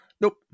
nope